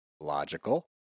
Logical